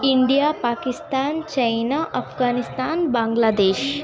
India Pakistan China Afghanistan Bangladesh